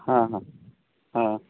ಹಾಂ ಹಾಂ ಹಾಂ